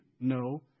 No